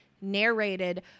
narrated